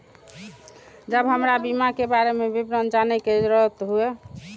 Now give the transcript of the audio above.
जब हमरा बीमा के बारे में विवरण जाने के जरूरत हुए?